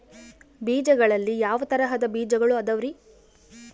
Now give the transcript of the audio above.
ಬೇಜಗಳಲ್ಲಿ ಯಾವ ತರಹದ ಬೇಜಗಳು ಅದವರಿ?